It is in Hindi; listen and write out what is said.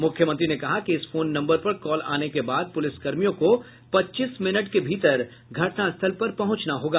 मुख्यमंत्री ने कहा कि इस फोन नम्बर पर कॉल आने के बाद पुलिसकर्मियों को पच्चीस मिनट के भीतर घटनास्थल पर पहुंचना होगा